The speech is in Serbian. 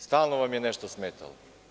Stalno vam je nešto smetalo.